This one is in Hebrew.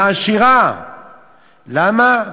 היא עשירה, למה?